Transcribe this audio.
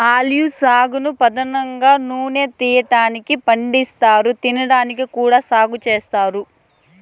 olive సాగును పధానంగా నూనె తీయటానికి పండిస్తారు, తినడానికి కూడా సాగు చేత్తారు